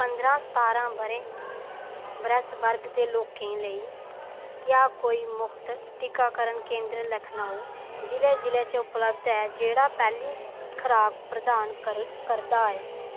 पंदरा सतांरा ब'रे बरेस वर्ग दे लोकें लेई क्या कोई मुक्त टीकाकारण केंदर लखनऊ जि'ले जि'ले च उपलब्ध ऐ जेह्ड़ा पैह्ली खराक प्रदान कर करदा ऐ